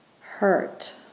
hurt